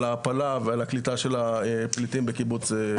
ההעפלה ועל הקליטה של הפליטים בקיבוץ.